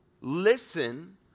listen